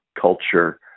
culture